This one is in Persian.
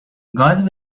گاز